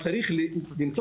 אז למעשה